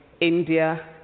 India